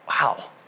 Wow